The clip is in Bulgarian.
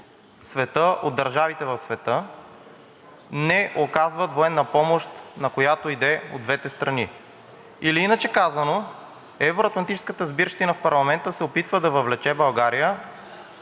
от държавите в света, не оказват военна помощ на която и да е от двете страни. Или, иначе казано, евро-атлантическата сбирщина в парламента се опитва да въвлече България